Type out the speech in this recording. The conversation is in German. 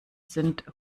sind